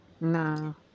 No